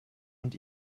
und